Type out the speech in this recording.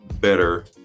better